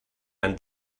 ein